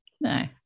No